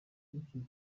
biciwe